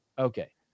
Okay